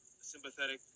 sympathetic